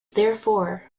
therefore